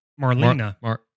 Marlena